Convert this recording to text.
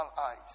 eyes